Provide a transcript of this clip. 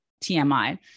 TMI